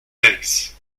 legs